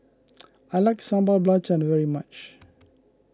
I like Sambal Belacan very much